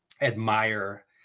admire